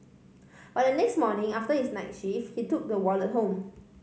but the next morning after his night shift he took the wallet home